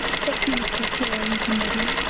thank you mr. chair and committee.